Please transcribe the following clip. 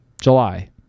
July